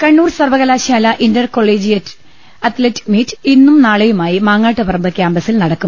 കണ്ണൂർ സർവ്വകലാശാല intercollegiate athletic meet ഇന്നു നാളെയുമായി മാങ്ങാട്ടുപറമ്പ് ക്യാമ്പസിൽ നടക്കും